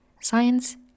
Science